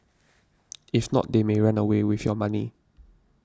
if not they may run away with your money